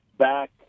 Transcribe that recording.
Back